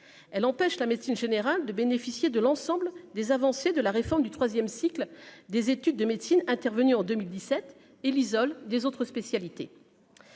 elle empêche la médecine générale de bénéficier de l'ensemble des avancées de la réforme du 3ème cycle des études de médecine, intervenue en 2017 et l'isole des autres spécialités